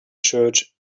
church